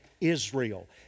Israel